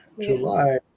July